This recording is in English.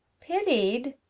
pitied!